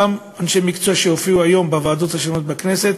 אותם אנשי מקצוע שהופיעו היום בוועדות השונות בכנסת,